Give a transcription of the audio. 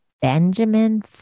Benjamin